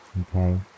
okay